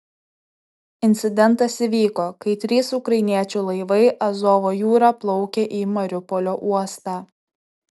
incidentas įvyko kai trys ukrainiečių laivai azovo jūra plaukė į mariupolio uostą